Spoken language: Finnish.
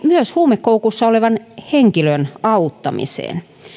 myös huumekoukussa olevan henkilön auttamista